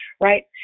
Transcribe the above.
right